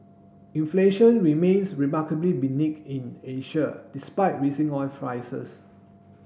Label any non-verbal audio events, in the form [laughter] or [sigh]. inflation remains remarkably [unintelligible] in Asia despite rising oil prices